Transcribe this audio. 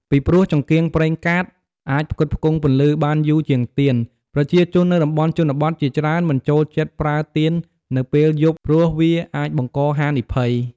ពីព្រោះចង្កៀងប្រេងកាតអាចផ្គត់ផ្គង់ពន្លឺបានយូរជាងទៀន ប្រជាជននៅតំបន់ជនបទជាច្រើនមិនចូលចិត្តប្រើទៀននៅពេលយប់ព្រោះវាអាចបង្កហានិភ័យ។